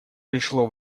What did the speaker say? пришло